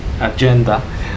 agenda